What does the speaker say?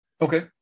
Okay